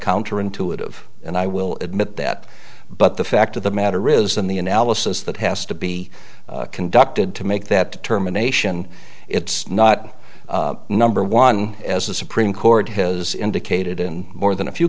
counter intuitive and i will admit that but the fact of the matter is in the analysis that has to be conducted to make that determination it's not number one as the supreme court has indicated in more than a few